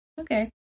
Okay